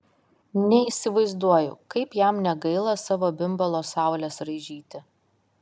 neįsivaizduoju kaip jam negaila savo bimbalo saules raižyti